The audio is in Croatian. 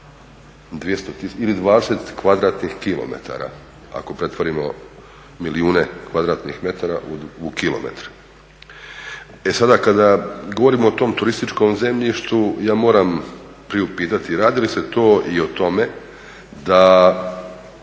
ili 20 kvadratnih kilometra, ako pretvorimo milijune kvadratnih metara u kilometre. E sada kada govorimo o tom turističkom zemljištu ja moram priupitati radi li se to i o tome da